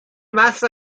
بسه